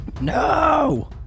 no